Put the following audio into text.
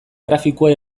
grafikoa